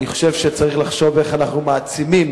אני חושב שצריך לחשוב איך אנחנו מעצימים